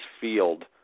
field